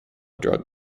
drug